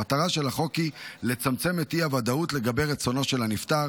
המטרה של החוק היא לצמצם את האי-ודאות לגבי רצונו של הנפטר